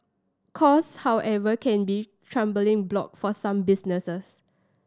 cost however can be trembling block for some businesses